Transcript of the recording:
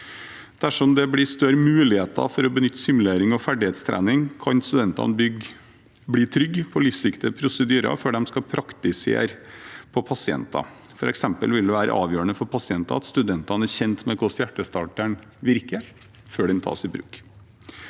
Dersom det blir større mulighet for å benytte simulering og ferdighetstrening, kan studentene bli trygge på livsviktige prosedyrer før de skal praktisere på pasienter. For eksempel vil det være avgjørende for pasienten at studenten er kjent med hvordan hjertestarteren virker, før den tas i bruk.